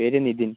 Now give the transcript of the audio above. പേര് നിധിൻ